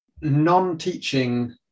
non-teaching